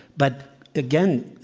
but again,